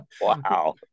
wow